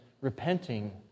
repenting